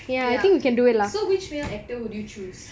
ya so which male actor would you choose